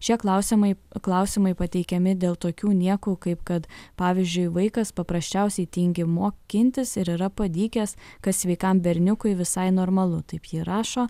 šie klausimai klausimai pateikiami dėl tokių niekų kaip kad pavyzdžiui vaikas paprasčiausiai tingi mokintis ir yra padykęs kas sveikam berniukui visai normalu taip ji rašo